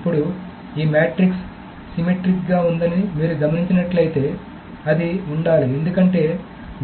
ఇప్పుడు ఈ matrix symmetric గా ఉందని మీరు గమనించినట్లయితే అది ఉండాలి ఎందుకంటే